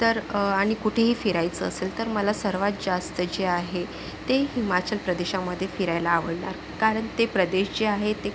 तर आणि कुठेही फिरायचं असेल तर मला सर्वात जास्त जे आहे ते हिमाचल प्रदेशामध्ये फिरायला आवडणार कारण ते प्रदेश जे आहे ते